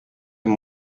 amb